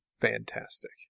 fantastic